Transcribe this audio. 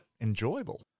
enjoyable